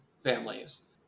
families